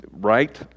right